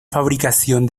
fabricación